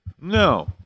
No